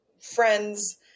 friends